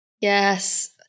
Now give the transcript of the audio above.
Yes